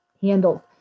handled